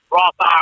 Roth